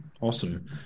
Awesome